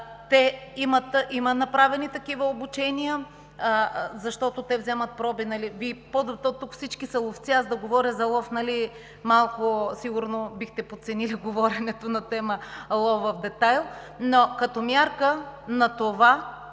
Има направени такива обучения, защото те вземат проби. Тук всички сте ловци и аз да говоря за лов, малко сигурно бихте подценили говоренето на тема „лов в детайл“, но като мярка на това